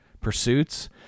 pursuits